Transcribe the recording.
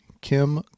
Kim